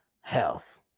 Health